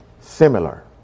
similar